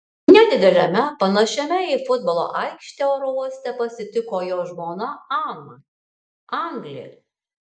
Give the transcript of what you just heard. nedideliame panašiame į futbolo aikštę oro uoste pasitiko jo žmona ana anglė